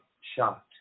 shocked